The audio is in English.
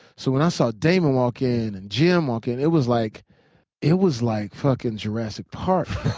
so when i saw damon walk in, and jim walk in, it was like it was like fucking jurassic park.